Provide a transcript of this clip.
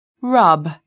rub